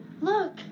Look